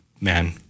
man